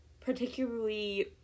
particularly